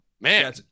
Man